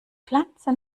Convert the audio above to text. pflanze